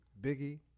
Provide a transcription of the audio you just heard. Biggie